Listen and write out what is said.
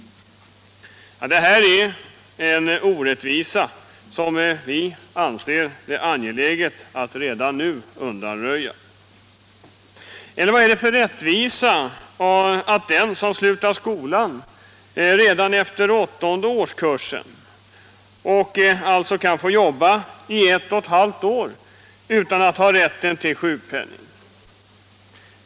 Detta är en orättvisa som det enligt vår mening är angeläget att redan nu undanröja. Vad är det för rättvisa att den som slutar skolan redan efter åttonde årskursen kan få jobba i ett och ett halvt år utan att ha rätten till sjukpenning?